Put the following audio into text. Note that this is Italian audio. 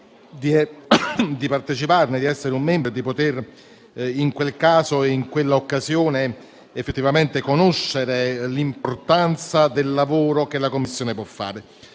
Grazie